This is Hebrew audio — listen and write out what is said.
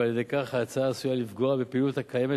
ועל-ידי כך ההצעה עשויה לפגוע בפעילות הקיימת